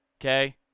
Okay